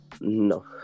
No